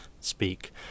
speak